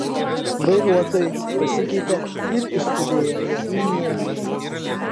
vairuotojai pasikeitė ir išskubėjome į niamėjų